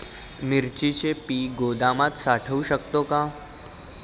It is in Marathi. मिरचीचे पीक गोदामात साठवू शकतो का?